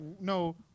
no